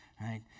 Right